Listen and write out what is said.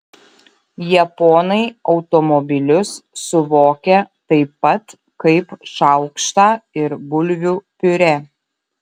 japonai automobilius suvokia taip pat kaip šaukštą ir bulvių piurė